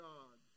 God